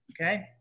okay